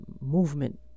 movement